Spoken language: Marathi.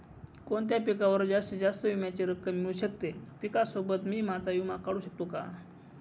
कोणत्या पिकावर जास्तीत जास्त विम्याची रक्कम मिळू शकते? पिकासोबत मी माझा विमा काढू शकतो का?